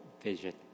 vision